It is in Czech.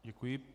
Děkuji.